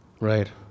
Right